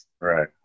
Right